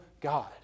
God